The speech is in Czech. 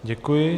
Děkuji.